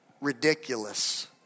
ridiculous